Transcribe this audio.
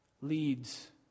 leads